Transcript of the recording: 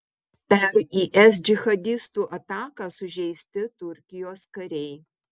per is džihadistų ataką sužeisti turkijos kariai